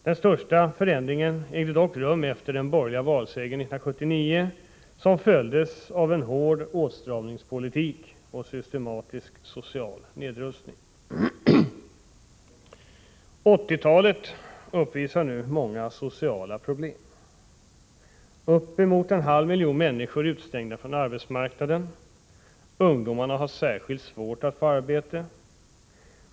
Den största förändringen ägde dock rum efter den borgerliga valsegern 1979 som följdes av en hård åtstramningspolitik och systematisk | social nedrustning. 1980-talet uppvisar många sociala problem. Uppemot en halv miljon människor är utestängda från arbetsmarknaden, ungdomarna har särskilt svårt att få arbete.